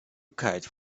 kite